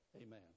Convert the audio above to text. Amen